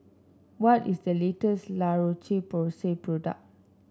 what is the latest La Roche Porsay product